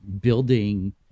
building